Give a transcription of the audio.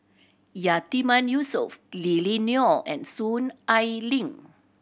Yatiman Yusof Lily Neo and Soon Ai Ling